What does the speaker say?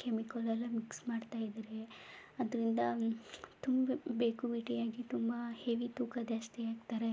ಕೆಮಿಕಲ್ಲೆಲ್ಲ mix ಮಾಡ್ತಾಯಿದ್ದಾರೆ ಅದರಿಂದ ತುಂಬ ಬೇಕಾಬಿಟ್ಟಿಯಾಗಿ ತುಂಬ ಹೆವಿ ತೂಕ ಜಾಸ್ತಿ ಆಗ್ತಾರೆ